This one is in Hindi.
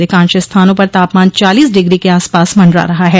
अधिकांश स्थानों पर तापमान चालीस डिग्री के आसपास मंडरा रहा है